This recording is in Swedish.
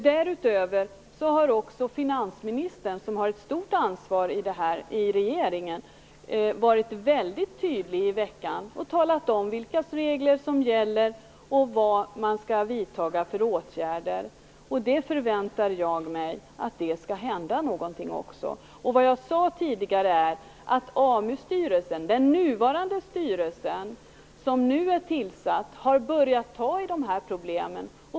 Dessutom har finansministern, som har ett stort ansvar för detta i regeringen, varit väldigt tydlig i veckan och talat om vilka regler som gäller och vad man skall vidta för åtgärder. Jag förväntar mig att någonting skall hända också. Vad jag sade tidigare var att den nuvarande AMU styrelsen har börjat ta tag i problemen.